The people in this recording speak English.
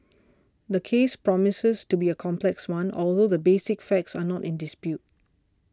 the case promises to be a complex one although the basic facts are not in dispute